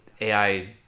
AI